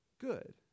good